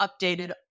updated